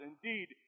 Indeed